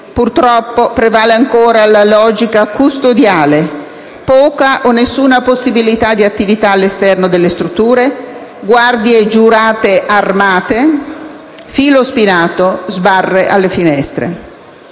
purtroppo prevale ancora la logica custodiale: poca o nessuna possibilità di attività esterne alla struttura, guardie giurate armate, filo spinato, sbarre alle finestre.